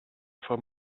for